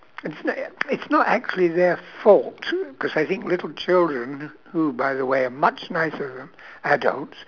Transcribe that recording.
it's n~ uh it's not actually their fault cause I think little children who by the way are much nicer than adults